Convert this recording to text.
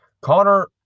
Connor